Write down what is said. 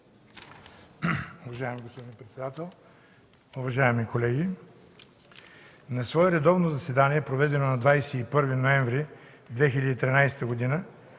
уважаеми колеги!